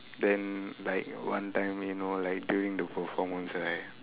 than like one time you know like during the performance right